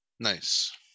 nice